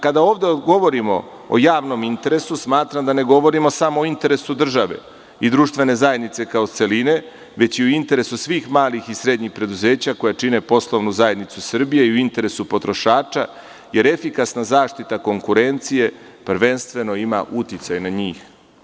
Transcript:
Kada ovde govorimo o javnom interesu, smatram da ne govorimo samo o interesu države i društvene zajednice kao celine, već i u interesu svih malih i srednjih preduzeća, koja čine poslovnu zajednicu Srbije i u interesu potrošača, jer efikasna zaštita konkurencije, prvenstveno ima uticaj na njih.